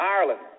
Ireland